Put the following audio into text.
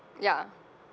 ya